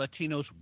Latinos